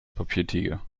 papiertiger